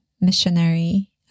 missionary